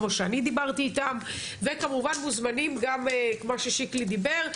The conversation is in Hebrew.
כמו שאני דיברתי איתם וכמובן מוזמנים גם כמו ששיקלי דיבר,